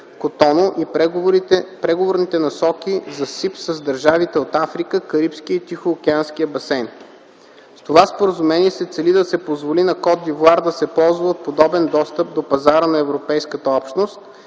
Котону, и преговорните насоки за СИП с държавите от Африка, Карибския и Тихоокеанския басейн. С това споразумение се цели да се позволи на Кот д'Ивоар да се ползва от подобрен достъп до пазара на Европейската общност